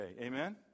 Amen